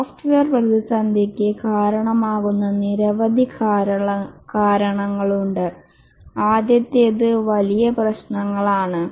software പ്രതിസന്ധിക്ക് കാരണമാകുന്ന നിരവധി കാരണങ്ങളുണ്ട് ആദ്യത്തേത് വലിയ പ്രശ്നങ്ങളാണ്